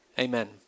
Amen